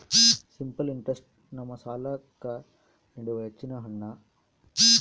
simple interest ನಮ್ಮ ಸಾಲ್ಲಾಕ್ಕ ನೀಡುವ ಹೆಚ್ಚಿನ ಹಣ್ಣ